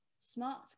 smart